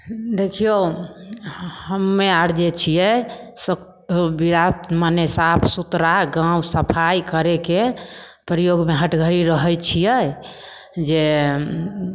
देखिऔ हऽ हमे आओर जे छिए बिरात मने साफसुथरा गाम सफाइ करैके प्रयोगमे हर घड़ी रहै छिए जे